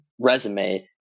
resume